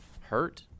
hurt